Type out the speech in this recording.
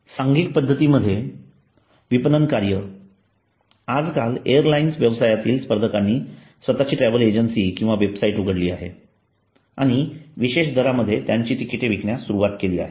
सांघिक पद्धतीद्वारे विपणन कार्य आजकाल एअरलाइन्स व्यवसायातील स्पर्धकांनी स्वतःची ट्रॅव्हल एजन्सी किंवा वेबसाइट उघडली आहे आणि विशेष दरांमध्ये त्यांची तिकिटे विकण्यास सुरुवात केली आहे